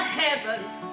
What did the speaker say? heavens